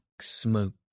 smoke